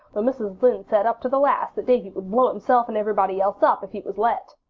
though mrs. lynde said up to the last that davy would blow himself and everybody else up if he was let.